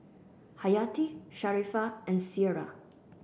Hayati Sharifah and Syirah